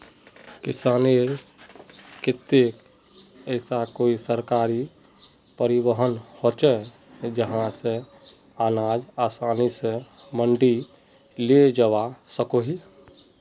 किसानेर केते ऐसा कोई सरकारी परिवहन होचे जहा से अनाज आसानी से मंडी लेजवा सकोहो ही?